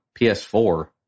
PS4